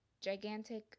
gigantic